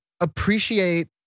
appreciate